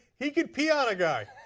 he could pee on a guy.